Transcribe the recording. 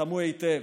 נלחמו היטב,